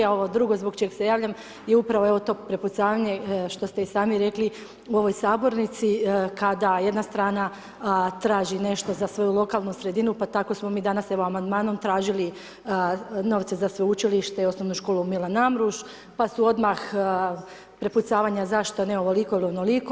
A ovo drugo zbog čega se javljam je upravo evo to prepucavanje što ste i sami rekli u ovoj sabornici kada jedna strana traži nešto za svoju lokalnu sredinu pa tamo smo mi danas evo amandmanom tražili novce za sveučilište i osnovnu školu Milan Amruš, pa su odmah prepucavanja zašto ne ovoliko ili onoliko.